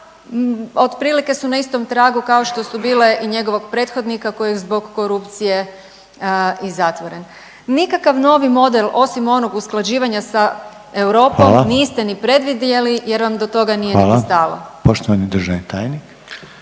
a otprilike su na istom tragu kao što su bile i njegovog prethodnika koji je zbog korupcije i zatvoren. Nikakav novi model osim onog usklađivanja sa Europom…/Upadica Reiner: Hvala/…niste ni predvidjeli jer vam do toga nije niti stalo. **Reiner, Željko (HDZ)** Hvala. Poštovani državni tajnik.